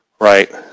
right